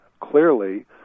clearly